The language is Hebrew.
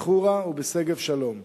בחורה ובשגב-שלום,